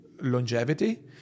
longevity